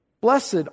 Blessed